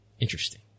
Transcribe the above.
Interesting